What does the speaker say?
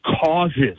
causes